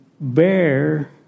bear